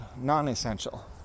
non-essential